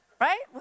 right